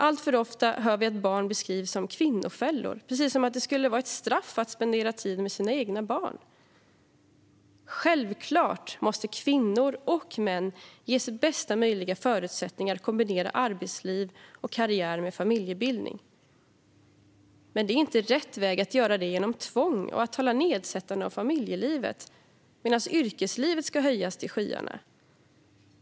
Alltför ofta hör vi att barn beskrivs som kvinnofällor, precis som att det skulle vara ett straff att spendera tid med sina egna barn. Självklart måste kvinnor och män ges bästa möjliga förutsättningar att kombinera arbetsliv och karriär med familjebildning, men det är inte rätt väg att göra detta genom tvång och att tala nedsättande om familjelivet medan yrkeslivet ska höjas till skyarna.